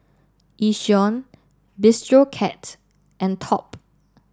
Yishion Bistro Cat and Top